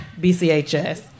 BCHS